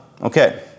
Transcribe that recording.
Okay